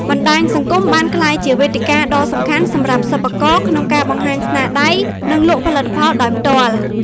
បណ្ដាញសង្គម បានក្លាយជាវេទិកាដ៏សំខាន់សម្រាប់សិប្បករក្នុងការបង្ហាញស្នាដៃ និងលក់ផលិតផលដោយផ្ទាល់។